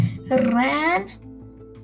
ran